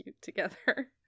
together